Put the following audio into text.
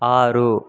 ஆறு